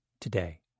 today